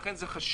לכן זה חשוב.